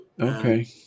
Okay